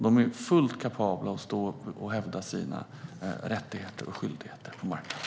De är fullt kapabla att hävda sina rättigheter och skyldigheter på marknaden.